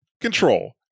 control